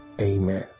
Amen